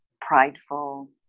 prideful